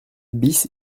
bis